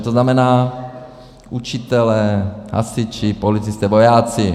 To znamená učitelé, hasiči, policisté, vojáci.